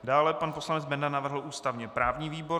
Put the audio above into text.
Dále pan poslanec Benda navrhl ústavněprávní výbor.